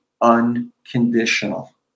unconditional